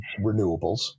renewables